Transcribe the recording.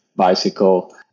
bicycle